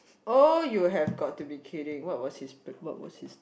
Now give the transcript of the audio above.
oh you have got to be kidding what was his what was his